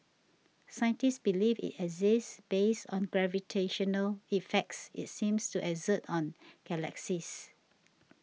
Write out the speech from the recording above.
scientists believe it exists based on gravitational effects it seems to exert on galaxies